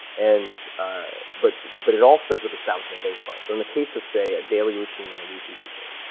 and ah but but it all starts with establishing a baseline, so in the case of, say, a daily routine and a weekly routine,